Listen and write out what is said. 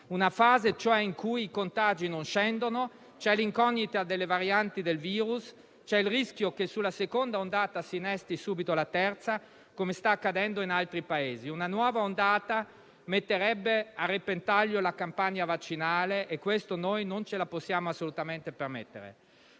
una fase, cioè, in cui i contagi non scendono, c'è l'incognita delle varianti del virus, c'è il rischio che sulla seconda ondata si innesti subito la terza, come sta accadendo in altri Paesi. Una nuova ondata metterebbe a repentaglio la campagna vaccinale e questo noi non ce lo possiamo assolutamente permettere.